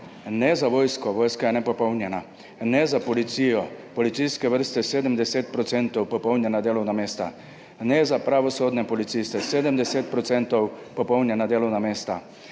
ne za vojsko, vojska je nepopolnjena, ne za policijo policijske vrste m70 % popolnjena delovna mesta, ne za pravosodne policiste, 70 % popolnjena delovna mesta.